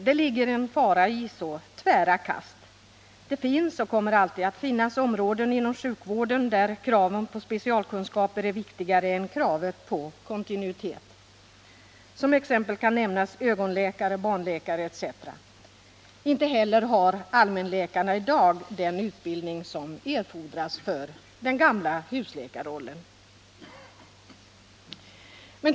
Det ligger en fara i så tvära kast. Det finns och kommer alltid att finnas områden inom sjukvården där kraven på specialkunskaper är viktigare än kravet på kontinuitet. Som exempel kan nämnas de områden som innefattar vård av ögon och barn. Dessutom har inte allmänläkarna i dag den utbildning som erfordras för den gamla husläkarrollen.